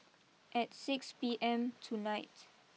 at six P M tonight